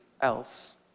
else